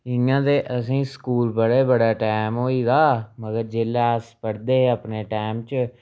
इ'यां ते असेंगी स्कूल पढ़े दा बड़ा टैम होई गेदा मगर जेल्लै अस पढ़दे हे अपने टैम च